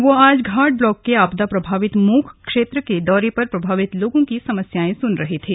वे आज घाट ब्लॉक के आपदा प्रभावित मोख क्षेत्र के दौरे पर प्रभावित लोगों की समस्यांए सुन रहे थे